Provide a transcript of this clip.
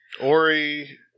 Ori